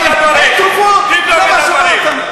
תבדוק את הדברים.